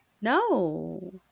No